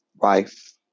wife